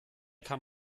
kam